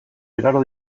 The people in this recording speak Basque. igaro